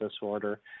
disorder